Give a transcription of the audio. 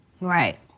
Right